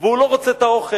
והוא לא רוצה את האוכל,